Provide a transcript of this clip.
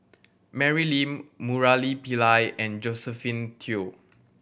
Mary Lim Murali Pillai and Josephine Teo